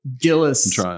Gillis